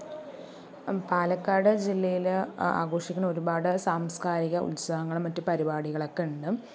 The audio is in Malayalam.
പാലക്കാട് ജില്ലയിൽ ആഘോഷിക്കണ ഒരുപാട് സാംസ്കാരിക ഉത്സവങ്ങളും മറ്റ് പരിപാടികളൊക്കെ ഉണ്ട്